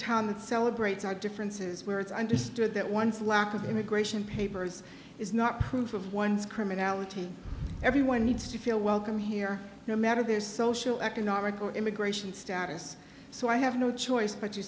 town that celebrates our differences where it's understood that one's lack of immigration papers is not proof of one's criminality everyone needs to feel welcome here no matter their social economic or immigration status so i have no choice but to